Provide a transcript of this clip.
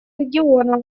региона